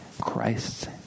Christ